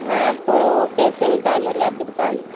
हाँ तो कैसे मिलता है मुर्गा आपकी दुकान